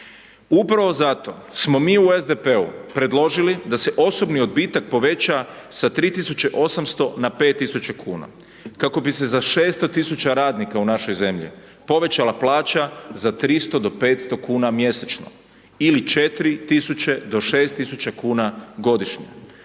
Upravo zato smo mi u SDP-u predložili da se osobni odbitak poveća sa 3.800 na 5.000 kuna, kako bi se za 600.000 radnika u našoj zemlji povećala plaća za 300 do 500 kuna mjesečno ili 4.000 do 6.000 kuna godišnje.